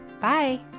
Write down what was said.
Bye